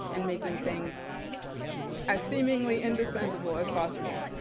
and making things as seemingly indispensable as possible.